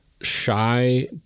shy